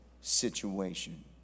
situation